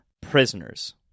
Prisoners